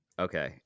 Okay